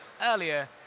earlier